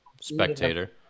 Spectator